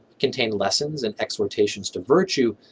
contain lessons and exportations to virtue,